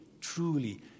truly